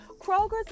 Kroger's